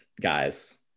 guys